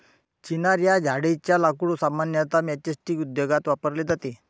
चिनार या झाडेच्या लाकूड सामान्यतः मैचस्टीक उद्योगात वापरले जाते